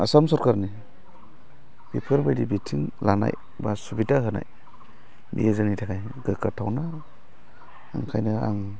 आसाम सरखारनि बेफोरबायदि बिथिं लानाय बा सुबिदा होनाय बेयो जोंनि थाखाय दरखार दं ओंखायनो आं